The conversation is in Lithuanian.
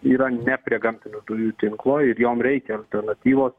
yra ne prie gamtinių dujų tinklų ir joms reikia alternatyvos